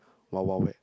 Wild-Wild-Wet